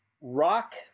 Rock